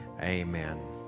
Amen